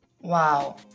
Wow